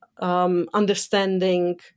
understanding